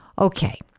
Okay